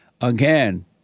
Again